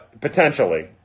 potentially